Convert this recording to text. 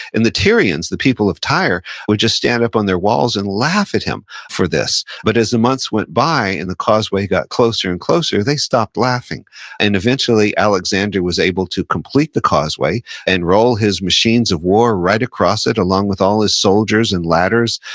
and the tyrians, the people of tyre, would just stand up on their walls and laugh at him for this. but as the months went by, and the causeway got closer and closer, they stopped laughing and eventually, alexander was able to complete the causeway and roll his machines of war right across it along with all his soldiers and ladders,